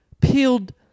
peeled